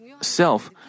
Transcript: self